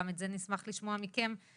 גם את זה נשמח לשמוע מכם ובהחלט,